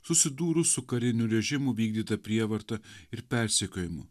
susidūrus su karinių režimų vykdyta prievarta ir persekiojimu